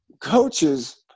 coaches